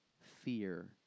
fear